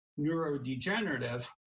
neurodegenerative